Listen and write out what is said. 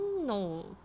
No